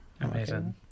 Amazing